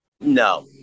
No